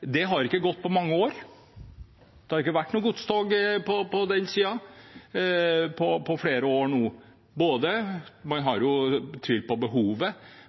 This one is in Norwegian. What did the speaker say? Det har ikke gått på mange år. Det har ikke vært noen godstog på den siden på flere år nå. Man har tvilt på behovet,